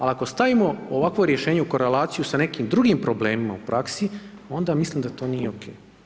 Ali ako stavimo ovakvo rješenje u korelaciju sa nekim drugim problemima u praksi, onda mislim da to nije ok.